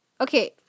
Okay